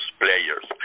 players